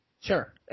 Sure